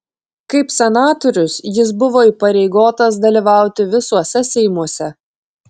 kaip senatorius jis buvo įpareigotas dalyvauti visuose seimuose